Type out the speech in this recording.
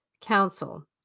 Council